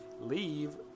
leave